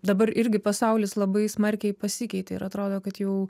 dabar irgi pasaulis labai smarkiai pasikeitė ir atrodo kad jau